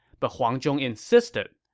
but huang zhong insisted.